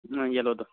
ꯎꯝ ꯌꯦꯂꯣꯗꯣ